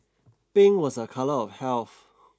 pink was a colour of health